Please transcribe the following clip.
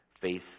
face